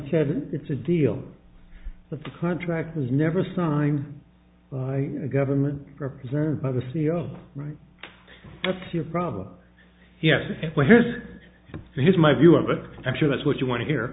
said it's a deal with the contract was never signed by the government represented by the c e o right that's your problem yes well here's here's my view of it i'm sure that's what you want to hear